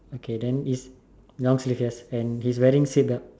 okay then is long sleeve shirt and he is wearing seat belt